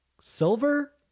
silver